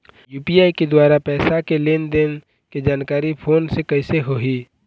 UPI के द्वारा पैसा के लेन देन के जानकारी फोन से कइसे होही?